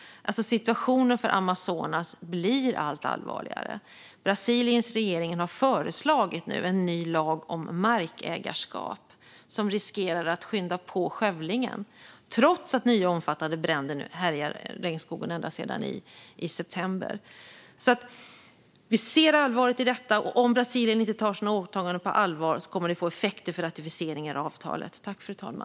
Situationen för Amazonas blir allt allvarligare. Brasiliens regering har nu föreslagit en ny lag om markägarskap som riskerar att skynda på skövlingen, trots att nya omfattande bränder härjar i regnskogen ända sedan i september. Vi ser allvaret i detta, och om Brasilien inte tar sina åtaganden på allvar kommer detta att få effekter för ratificeringen av avtalet.